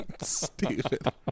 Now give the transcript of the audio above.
Stupid